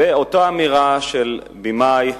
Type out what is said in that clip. ואותה אמירה של במאי שבחר,